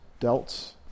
delts